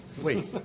Wait